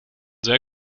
sehr